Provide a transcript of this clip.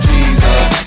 Jesus